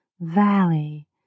valley